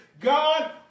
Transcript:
God